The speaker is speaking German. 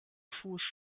fußt